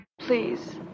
Please